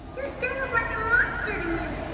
you still look like a monster to me.